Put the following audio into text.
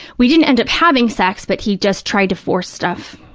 we didn't end up having sex but he just tried to force stuff